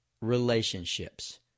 relationships